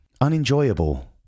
unenjoyable